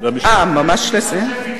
אה, ממש לסיים?